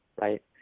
Right